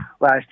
Last